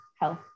health